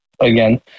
again